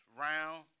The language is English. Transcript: Round